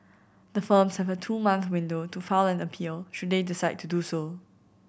the firms have a two month window to file an appeal should they decide to do so